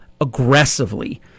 aggressively